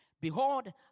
Behold